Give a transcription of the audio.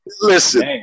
Listen